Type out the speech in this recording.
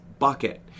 Bucket